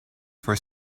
for